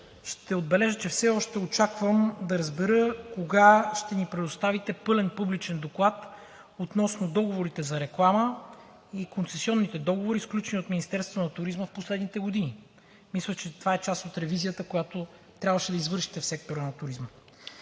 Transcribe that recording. ще отбележа, че все още очаквам да разбера кога ще ни предоставите пълен публичен доклад относно договорите за реклама и концесионните договори, сключени от Министерството на туризма в последните години. Мисля, че това е част от ревизията, която трябваше да извършите в сектора на туризма.